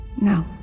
No